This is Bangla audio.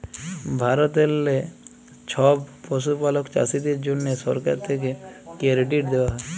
ভারতেললে ছব পশুপালক চাষীদের জ্যনহে সরকার থ্যাকে কেরডিট দেওয়া হ্যয়